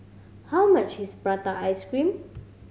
how much is prata ice cream